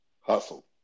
Hustle